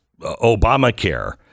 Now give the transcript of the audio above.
Obamacare